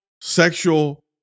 sexual